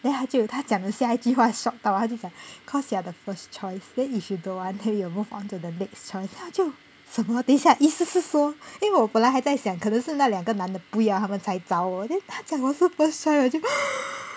then 他就他讲的下一句话 shock 到他就讲 cause you are the first choice then if you don't want then we will move on to the next choice then 我就我就等一下意思是说因为我本来还在想可能是那两个男的不要他们才找我 then 他讲我是 first choice 我就